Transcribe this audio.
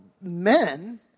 men